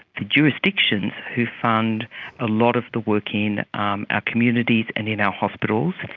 the jurisdictions who fund a lot of the work in um our communities and in our hospitals,